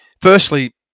firstly